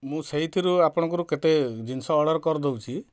ମୁଁ ସେଇଥିରୁ ଆପଣଙ୍କର କେତେ ଜିନିଷ ଅର୍ଡ଼ର କରଦଉଛି